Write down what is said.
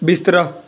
ਬਿਸਤਰਾ